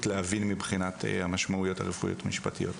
להבין מבחינת המשמעויות הרפואיות המשפטיות.